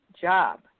job